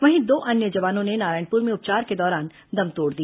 वहीं दो अन्य जवानों ने नारायणपुर में उपचार के दौरान दम तोड़ दिया